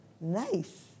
Nice